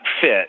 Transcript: fit